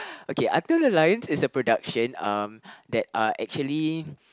okay Until the Lions is a production um that are actually